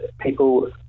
people